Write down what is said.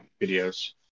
videos